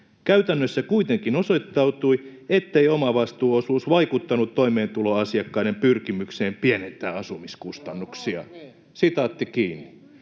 ”Käytännössä kuitenkin osoittautui, ettei omavastuuosuus vaikuttanut toimeentulotukiasiakkaiden pyrkimykseen pienentää asumiskustannuksiaan.” No, jokainen